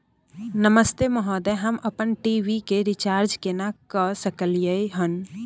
नमस्ते महोदय, हम अपन टी.वी के रिचार्ज केना के सकलियै हन?